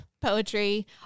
poetry